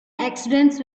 accidents